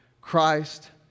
Christ